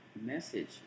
message